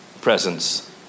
presence